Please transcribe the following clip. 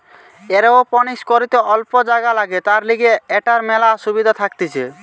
aeroponics করিতে অল্প জাগা লাগে, তার লিগে এটার মেলা সুবিধা থাকতিছে